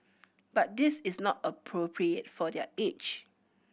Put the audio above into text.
but this is not appropriate for their age